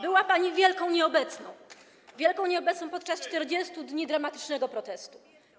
Była pani wielką nieobecną, wielką nieobecną podczas 40 dni dramatycznego protestu.